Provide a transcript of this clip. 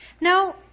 Now